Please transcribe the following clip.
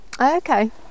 Okay